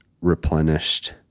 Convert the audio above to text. replenished